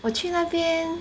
我去那边